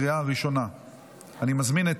התקבלה בקריאה השנייה והשלישית,